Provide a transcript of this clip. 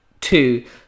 two